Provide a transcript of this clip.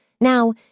Now